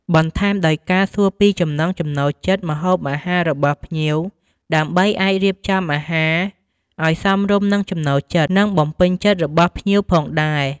បន្ថែមដោយការសួរពីចំណង់ចំណូលចិត្តម្ហូបអាហាររបស់ភ្ញៀវ ដើម្បីអាចរៀបចំអាហារឱ្យសមរម្យនឹងចំណូលចិត្ត និងបំពេញចិត្តរបស់ភ្ញៀវផងដែរ។